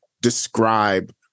describe